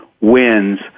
wins